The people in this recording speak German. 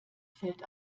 fällt